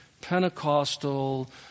Pentecostal